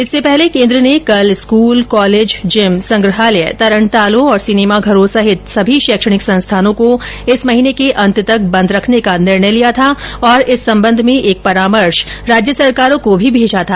इससे पहले केंद्र ने कल स्कूल कॉलेज जिम संग्रहालय तरणतालों सिनेमाघरों सहित सभी शैक्षणिक संस्थानों को इस महीने के अंत तक बंद रखने का निर्णय लिया था और इस संबंध में एक परामर्श राज्य सरकारों को भी भेजा था